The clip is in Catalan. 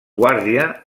guàrdia